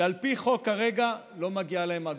שעל פי חוק כרגע לא מגיעה להם אגורה,